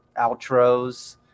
outros